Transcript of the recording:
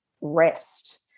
rest